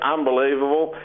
Unbelievable